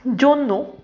জন্য